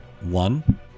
One